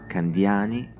Candiani